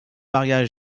maria